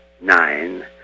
nine